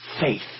Faith